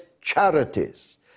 charities